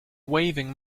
waving